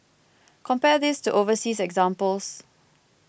compare this to overseas examples